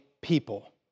people